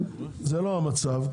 זה לא המצב,